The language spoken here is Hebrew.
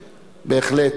אין לי ספק